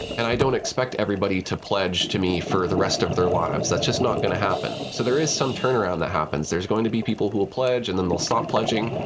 and i don't expect everybody to pledge to me for the rest of their lives. that's just not going to happen. so there is some turn around that happens. there's going to be people who will pledge, and then they'll stop pledging.